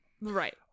Right